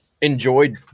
enjoyed